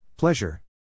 Pleasure